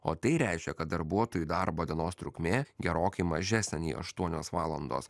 o tai reiškia kad darbuotojui darbo dienos trukmė gerokai mažesnė nei aštuonios valandos